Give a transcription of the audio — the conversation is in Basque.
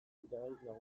nagusiak